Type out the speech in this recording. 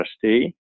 trustee